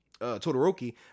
Todoroki